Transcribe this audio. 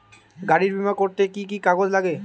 গাড়ীর বিমা করতে কি কি কাগজ লাগে?